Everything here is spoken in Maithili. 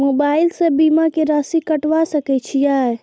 मोबाइल से बीमा के राशि कटवा सके छिऐ?